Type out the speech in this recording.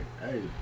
hey